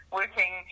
working